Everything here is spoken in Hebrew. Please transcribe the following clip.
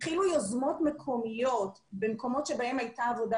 התחילו יוזמות מקומיות במקומות שבהם הייתה עבודה